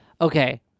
Okay